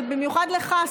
ובמיוחד לך,